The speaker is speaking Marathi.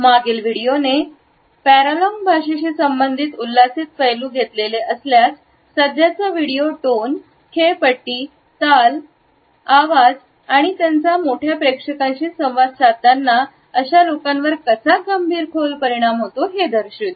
मागील व्हिडिओने पॅरालंग भाषेशी संबंधित उल्लसित पैलू घेतलेले असल्यास सध्याचा व्हिडिओ टोन खेळपट्टी ताल खेळपट्टी आणि आवाज याचा मोठ्या प्रेक्षकांशी संवाद साधतांना अशा लोकांवर कसा गंभीरपणे खोल परिणाम होतो हे दर्शवितो